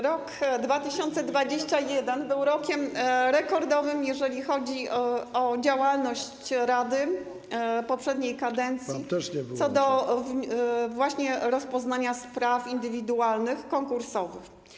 Rok 2021 był rokiem rekordowym, jeżeli chodzi o działalność rady poprzedniej kadencji, właśnie w zakresie rozpoznania spraw indywidualnych konkursowych.